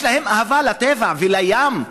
יש להם אהבה לטבע ולים,